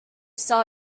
saw